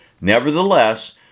Nevertheless